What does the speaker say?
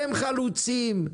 הם חלוצים,